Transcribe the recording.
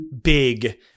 big